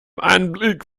anblick